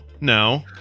no